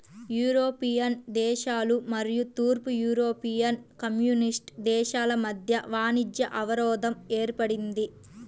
European దేశాలు మరియు తూర్పు యూరోపియన్ కమ్యూనిస్ట్ దేశాల మధ్య వాణిజ్య అవరోధం ఏర్పడింది